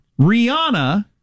Rihanna